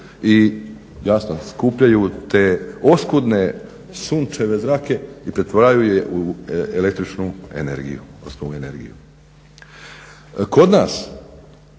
i jasno skupljaju te oskudne sunčeve zrake i pretvaraju je u električnu energiju. Kod nas